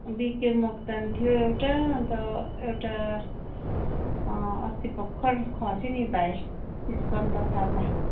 बिके मोक्तान थियो एउटा अन्त एउटा अस्ति भर्खर खस्यो नि भाइ स्कन्द थापा